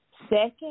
Second